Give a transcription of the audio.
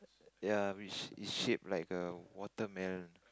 ya which is shape like a watermelon